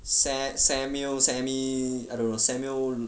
sa~ samuel semi I don't know samuel